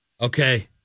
Okay